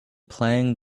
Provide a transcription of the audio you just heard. playing